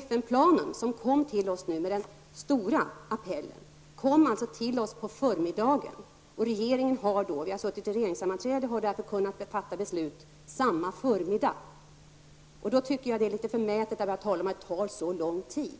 FN-planen med den stora appellen kom till oss på förmiddagen, och vi har suttit i regeringssammanträde och kunnat fatta beslut samma förmiddag. Jag tycker därför att det är litet förmätet att tala om att det tar så lång tid.